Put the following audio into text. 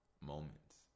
moments